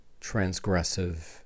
transgressive